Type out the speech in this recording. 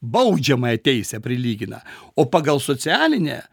baudžiamąją teisę prilygina o pagal socialinę